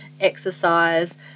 exercise